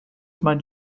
meinen